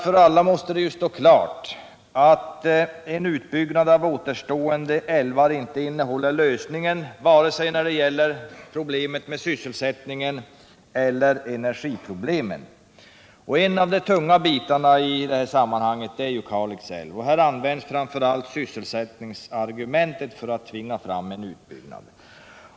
För alla måste det ju stå klart att en utbyggnad av återstående älvar inte innehåller lösningen av vare sig sysselsättningseller energiproblemet. En av de tunga bitarna i det här sammanhanget är Kalix älv. Här används framför allt sysselsättningsargumentet för att tvinga fram en utbyggnad.